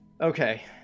Okay